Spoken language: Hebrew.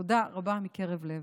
תודה רבה מקרב לב.